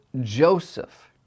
Joseph